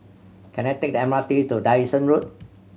can I take the M R T to Dyson Road